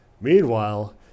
Meanwhile